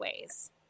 ways